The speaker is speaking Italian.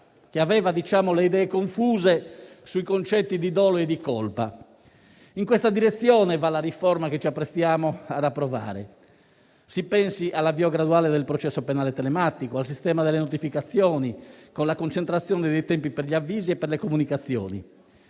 che aveva le idee confuse sui concetti di dolo e di colpa. In questa direzione va la riforma che ci apprestiamo ad approvare. Si pensi all'avvio graduale del processo penale telematico o al sistema delle notificazioni, con la concentrazione dei tempi per gli avvisi e per le comunicazioni;